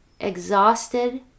exhausted